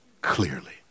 Clearly